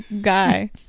guy